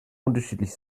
unterschiedlich